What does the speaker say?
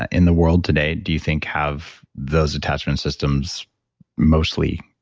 ah in the world today do you think have those attachment systems mostly?